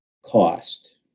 cost